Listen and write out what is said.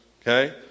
okay